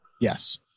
Yes